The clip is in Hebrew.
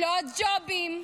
לא הג'ובים,